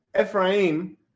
Ephraim